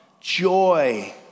joy